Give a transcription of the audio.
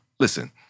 Listen